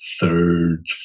third